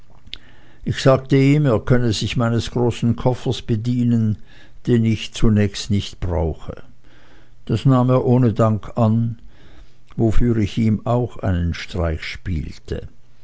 ich sagte ihm er könne sich meines großen koffers bedienen den ich zunächst nicht brauche das nahm er ohne dank an wofür ich ihm auch einen streich spielte